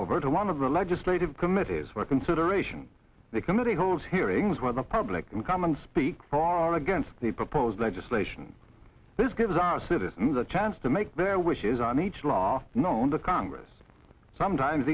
over to one of the legislative committees for consideration the committee holds hearings where the public can come and speak or are against the proposed legislation this gives our citizens a chance to make their wishes on each law known to congress sometimes